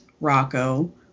Rocco